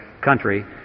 country